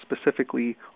specifically